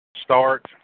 Start